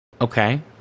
Okay